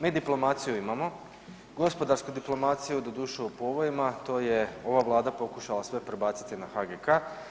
Mi diplomaciju imamo, gospodarsku diplomaciju doduše u povojima to je ova Vlada pokušala sve prebaciti na HGK.